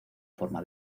forma